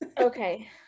Okay